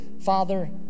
Father